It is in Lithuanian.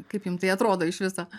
kaip jum tai atrodo iš viso